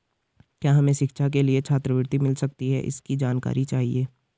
क्या हमें शिक्षा के लिए छात्रवृत्ति मिल सकती है इसकी जानकारी चाहिए?